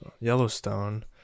Yellowstone